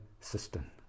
system